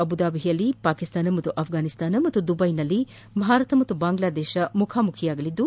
ಅಬುದಬಿಯಲ್ಲಿ ಪಾಕಿಸ್ತಾನ ಮತ್ತು ಅಘ್ಘಾನಿಸ್ತಾನ ಮತ್ತು ದುಬ್ವೆನಲ್ಲಿ ಭಾರತ ಮತ್ತು ಬಾಂಗ್ಲಾದೇಶ ಮುಖಾಮುಖಿಯಾಗಲಿವೆ